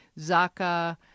Zaka